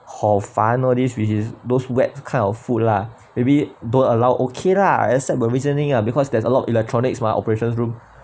hor fun all these which is those wet kind of food lah maybe don't allow okay lah except the reasoning lah because there's a lot of electronics mah operations room